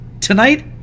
Tonight